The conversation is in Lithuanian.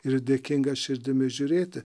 ir dėkinga širdimi žiūrėti